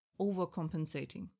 Overcompensating